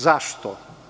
Zašto?